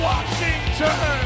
Washington